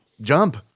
jump